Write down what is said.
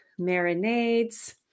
marinades